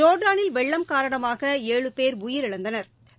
ஜோா்டானில் வெள்ளம் காரணமாக ஏழு பேர் உயிரிழந்தனா்